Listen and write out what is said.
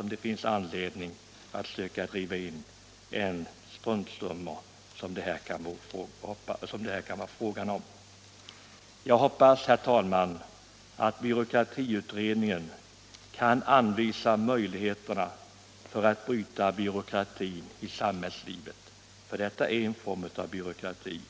det är anledning att söka driva in än de struntsummor som det här kan vara fråga om. Jag hoppas, herr talman, att byråkratiutredningen kan anvisa möjligheter att bryta byråkratin i samhällslivet — och detta är en form av byråkrati.